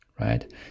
right